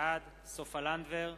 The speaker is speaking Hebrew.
בעד סופה לנדבר,